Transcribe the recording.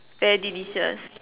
very delicious